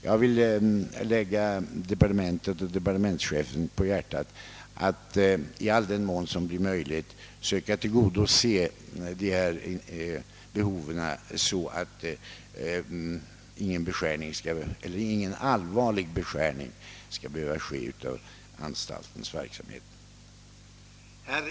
Jag vill lägga departementschefen och hans medhjälpare på hjärtat att i all den utsträckning det är möjligt söka tillgodose dessa behov så att ingen allvarlig beskärning av anstaltens verksamhet behöver göras.